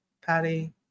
Patty